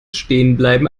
stehenbleiben